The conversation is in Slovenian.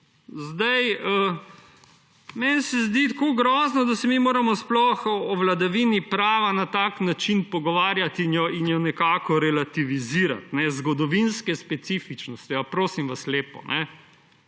onkraj. Meni se zdi tako grozno, da se sploh moramo mi o vladavini prava na tak način pogovarjati in jo nekako relativizirati. Zgodovinske specifičnosti – prosim vas lepo!